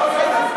ההצעה